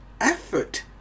effort